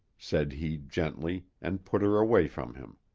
said he gently and put her away from him.